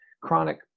chronic